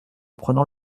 prenant